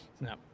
No